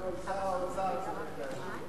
שר האוצר צריך להשיב.